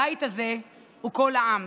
הבית הזה הוא קול העם.